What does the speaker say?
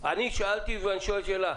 אני שאלתי ואני שואל שאלה,